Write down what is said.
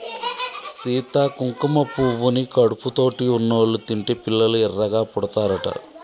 సీత కుంకుమ పువ్వుని కడుపుతోటి ఉన్నోళ్ళు తింటే పిల్లలు ఎర్రగా పుడతారట